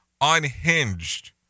unhinged